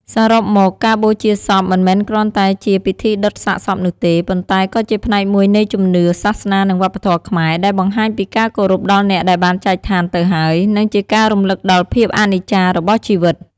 សរុបមក ការបូជាសពមិនមែនគ្រាន់តែជាពិធីដុតសាកសពនោះទេ ប៉ុន្តែក៏ជាផ្នែកមួយនៃជំនឿ សាសនា និងវប្បធម៌ខ្មែរ ដែលបង្ហាញពីការគោរពដល់អ្នកដែលបានចែកឋានទៅហើយ និងជាការរំលឹកដល់ភាពអនិច្ចារបស់ជីវិត។